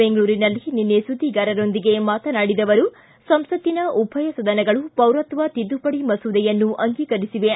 ಬೆಂಗಳೂರಿನಲ್ಲಿ ನಿನ್ನೆ ಸುದ್ವಿಗಾರರೊಂದಿಗೆ ಮಾತನಾಡಿದ ಅವರು ಸಂಸತ್ತಿನ ಉಭಯ ಸದನಗಳು ಪೌರತ್ವ ತಿದ್ದುಪಡಿ ಮಸೂದೆಯನ್ನು ಅಂಗೀಕರಿಸಿವೆ